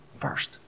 First